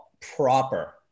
proper